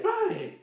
right